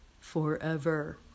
forever